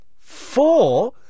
Four